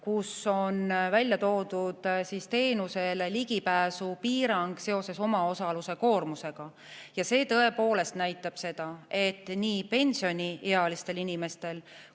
kus on välja toodud teenusele ligipääsu piirang seoses omaosaluskoormusega. See tõepoolest näitab seda, et nii pensioniealiste inimeste